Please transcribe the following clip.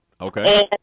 okay